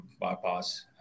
bypass